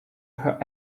her